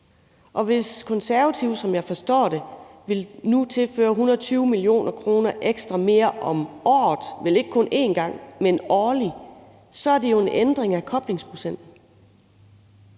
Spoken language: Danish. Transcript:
Og hvis Konservative, som jeg forstår det, nu vil tilføre 120 mio. kr. ekstra om året – vel ikke kun en gang, men årligt – er det jo en ændring af koblingsprocenten.